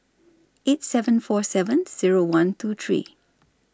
eight seven four seven Zero one two three